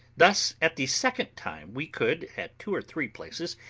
thus at the second time we could, at two or three places,